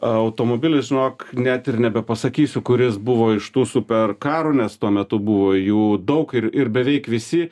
automobilis žinok net ir nebepasakysiu kuris buvo iš tų superkarų nes tuo metu buvo jų daug ir ir beveik visi